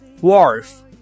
Wharf